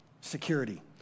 security